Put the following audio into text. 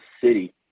city